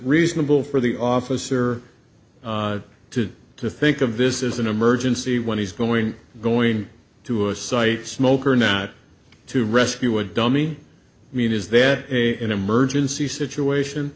reasonable for the officer to to think of this is an emergency when he's going going to a site smoke or not to rescue a dummy i mean is there a an emergency situation